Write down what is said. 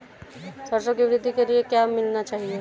सरसों की वृद्धि के लिए क्या मिलाना चाहिए?